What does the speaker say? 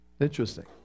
Interesting